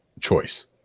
choice